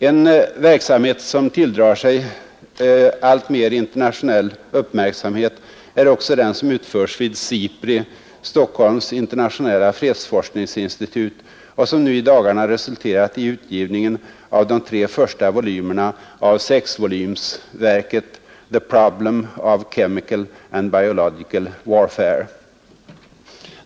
En verksamhet som tilldrar sig alltmer internationell uppmärksamhet är också den som utförs vid SIPRI, Stockholms internationella freds forskningsinstitut, och som nu i dagarna resulterat i utgivningen av de tre första volymerna av sexvolymsverket ”The Problem of Chemical and Biological Warfare”.